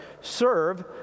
serve